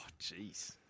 jeez